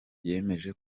yemeje